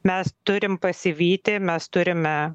mes turim pasivyti mes turime